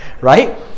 right